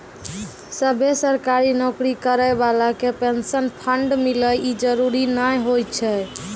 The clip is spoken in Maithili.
सभ्भे सरकारी नौकरी करै बाला के पेंशन फंड मिले इ जरुरी नै होय छै